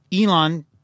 Elon